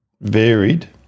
varied